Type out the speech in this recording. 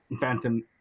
phantom